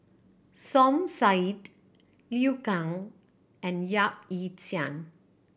Som Said Liu Kang and Yap Ee Chian